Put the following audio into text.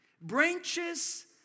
branches